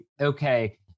okay